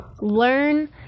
learn